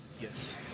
Yes